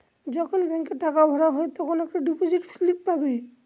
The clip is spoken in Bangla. যখন ব্যাঙ্কে টাকা ভরা হয় তখন একটা ডিপোজিট স্লিপ পাবে